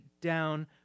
down